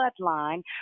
bloodline